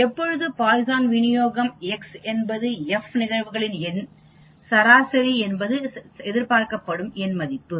எப்பொழுது பாய்சன் விநியோகம் x என்பது f நிகழ்வுகளின் எண் சராசரி என்பது எதிர்பார்க்கப்படும் எண் மதிப்பு